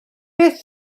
beth